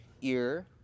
ear